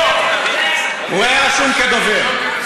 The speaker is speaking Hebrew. הוא היה רשום כדובר.